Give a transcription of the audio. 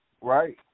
Right